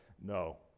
No